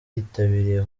bitabiriye